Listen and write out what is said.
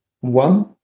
one